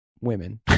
women